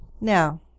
Now